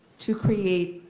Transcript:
to create,